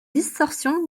distorsion